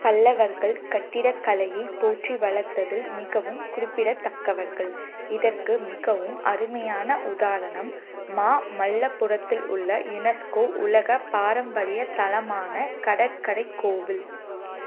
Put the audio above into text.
பல்லவர்கள் கட்டிடக்கலையைப் போற்றி வளர்த்ததில் மிகவும் குறிப்பிடத்தக்கவர்கள் இதற்கு மிகவும் அருமையான உதாரணம் மாமல்லபுரத்தில் உள்ள யுனெஸ்கோ உலகப் பாரம்பரியத் தளமான கடற்கரைக் கோவில்